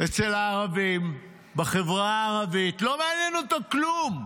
אצל הערבים בחברה הערבית, לא מעניין אותו כלום.